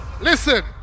Listen